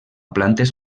plantes